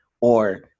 or-